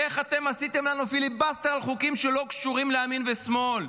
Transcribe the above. איך אתם עשיתם לנו פיליבסטר על חוקים שלא קשורים לימין ושמאל?